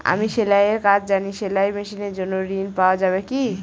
আমি সেলাই এর কাজ জানি সেলাই মেশিনের জন্য ঋণ পাওয়া যাবে কি?